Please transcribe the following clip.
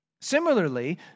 similarly